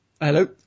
Hello